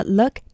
look